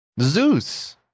Zeus